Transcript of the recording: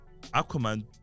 Aquaman